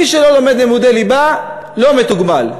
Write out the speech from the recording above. מי שלא לומד לימודי ליבה לא מתוגמל.